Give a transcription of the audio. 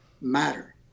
matter